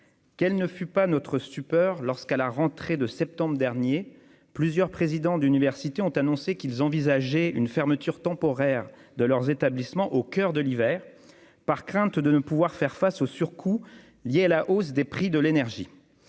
Quelle ne fut pas notre stupeur, à la rentrée dernière, lorsque plusieurs présidents d'université ont annoncé envisager une fermeture temporaire de leurs établissements au coeur de l'hiver, par crainte de ne pouvoir faire face aux surcoûts liés à la hausse des prix de l'énergie !